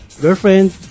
girlfriend